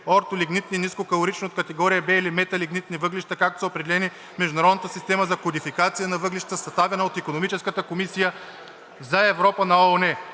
ортолигнитни нискокалорични от категория Б или металигнитни въглища, както са определени в Международната система за кодификация на въглищата, съставена от Икономическата комисия за Европа на ООН.